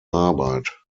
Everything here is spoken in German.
arbeit